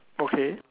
okay